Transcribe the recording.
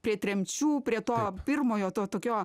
prie tremčių prie to pirmojo to tokio